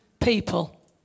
people